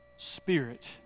Spirit